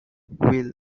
will